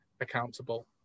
accountable